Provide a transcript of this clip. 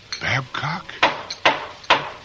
Babcock